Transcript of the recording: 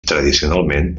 tradicionalment